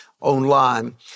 online